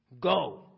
Go